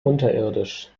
unterirdisch